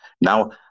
Now